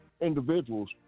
individuals